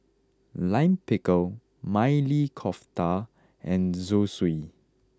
Lime Pickle Maili Kofta and Zosui